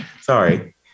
Sorry